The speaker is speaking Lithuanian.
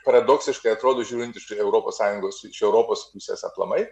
paradoksiškai atrodo žiūrint iš europos sąjungos čia europos pusės aplamai